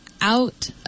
out